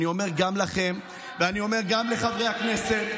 ואני אומר גם לכם ואני אומר גם לחברי הכנסת,